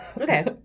Okay